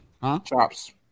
Chops